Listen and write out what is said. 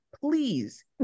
please